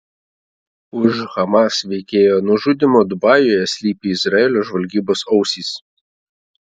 už hamas veikėjo nužudymo dubajuje slypi izraelio žvalgybos ausys